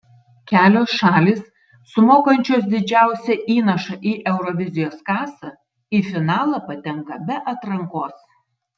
kelios šalys sumokančios didžiausią įnašą į eurovizijos kasą į finalą patenka be atrankos